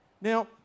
Now